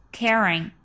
caring